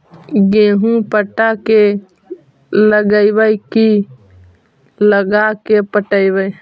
गेहूं पटा के लगइबै की लगा के पटइबै?